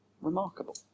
Remarkable